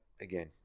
again